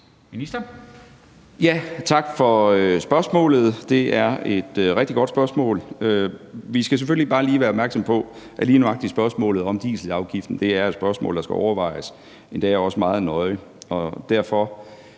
Bødskov): Tak for spørgsmålet. Det er et rigtig godt spørgsmål. Vi skal selvfølgelig bare lige være opmærksomme på, at lige nøjagtig spørgsmålet om dieselafgiften er et spørgsmål, der skal overvejes endda meget nøje.